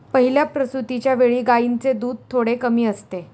पहिल्या प्रसूतिच्या वेळी गायींचे दूध थोडे कमी असते